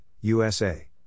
USA